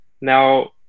now